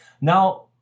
now